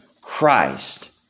Christ